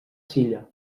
silla